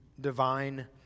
divine